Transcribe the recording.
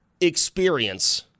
experience